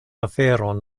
aferon